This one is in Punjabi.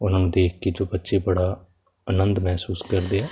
ਉਹਨਾਂ ਨੂੰ ਦੇਖ ਕੇ ਜੋ ਬੱਚੇ ਬੜਾ ਆਨੰਦ ਮਹਿਸੂਸ ਕਰਦੇ ਆ